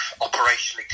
operationally